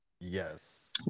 Yes